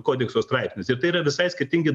kodekso straipsnis ir tai yra visai skirtingi